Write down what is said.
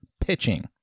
pitching